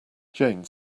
jane